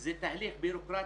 זה תהליך בירוקרטי,